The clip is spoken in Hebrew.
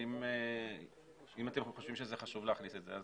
אם אתם חושבים שזה חשוב להכניס את זה,